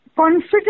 Confident